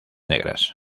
negras